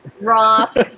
Rock